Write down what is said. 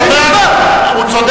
זאת היתה ממשלה שהיית חבר